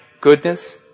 goodness